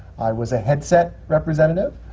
i was a headset representative.